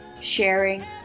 sharing